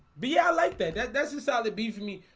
be i like that that that's just how that be for me,